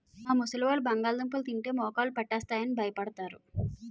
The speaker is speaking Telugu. మా ముసలివాళ్ళు బంగాళదుంప తింటే మోకాళ్ళు పట్టేస్తాయి అని భయపడతారు